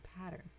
pattern